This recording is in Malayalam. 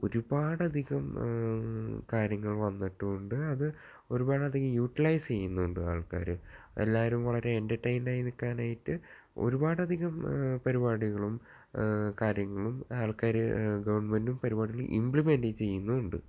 ഒരുപാട് അധികം കാര്യങ്ങൾ വന്നട്ടുണ്ട് അത് ഒരുപാട് അധികം യൂട്ടിലൈസ് ചെയ്യുന്നുണ്ട് ആൾക്കാർ എല്ലാവരും വളരെ എൻ്റെർടൈനായി നിൽക്കാൻ ആയിട്ട് ഒരുപാട് അധികം പരിപാടികളും കാര്യങ്ങളും ആൾക്കാർ ഗവൺമെൻ്റും പരിപാടികൾ ഇമ്പ്ലിമെൻ്റ് ചെയ്യുന്നുമുണ്ട്